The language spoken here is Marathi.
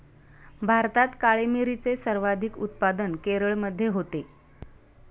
भारतात काळी मिरीचे सर्वाधिक उत्पादन केरळमध्ये होते